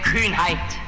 Kühnheit